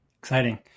Exciting